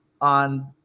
on